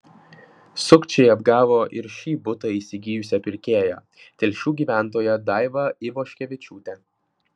sukčiai apgavo ir šį butą įsigijusią pirkėją telšių gyventoją daivą ivoškevičiūtę